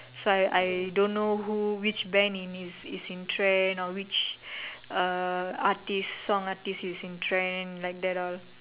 so I I don't know who which band is in trend or which uh artist song artist is in trend like that all